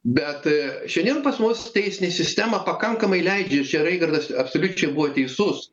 bet šiandien pas mus teisinė sistema pakankamai leidžia ir čia raigardas absoliučiai buvo teisus